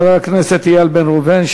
חבר הכנסת איל בן ראובן.